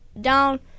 down